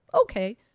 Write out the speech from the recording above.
Okay